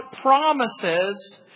promises